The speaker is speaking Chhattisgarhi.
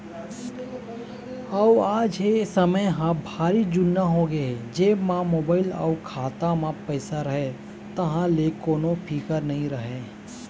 अउ आज ए समे ह भारी जुन्ना होगे हे जेब म मोबाईल अउ खाता म पइसा रहें तहाँ ले कोनो फिकर नइ रहय